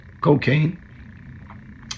cocaine